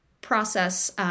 process